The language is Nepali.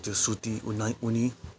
त्यो सुती उनाइ ऊनी